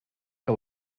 que